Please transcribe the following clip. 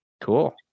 Cool